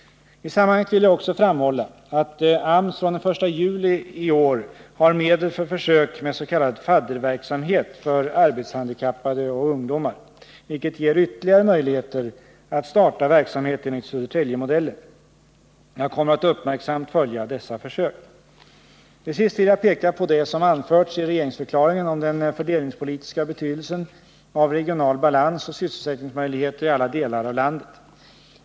I sammanhanget vill jag också framhålla att AMS från den 1 juli i år har medel för försök med s.k. fadderverksamhet för arbetshandikappade och ungdomar, vilken ger ytterligare möjligheter att starta verksamhet enligt Södertäljemodellen. Jag kommer att uppmärksamt följa dessa försök. Till sist vill jag peka på det som anförts i regeringsförklaringen om den fördelningspolitiska betydelsen av regional balans och sysselsättningsmöjligheter i alla delar av landet.